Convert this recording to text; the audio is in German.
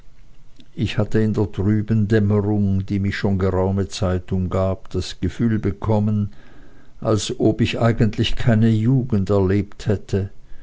ich hatte in der trüben dämmerung die mich schon geraume zeit umgab das gefühl bekommen als ob ich eigentlich keine jugend erlebt hätte